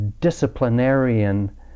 disciplinarian